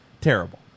terrible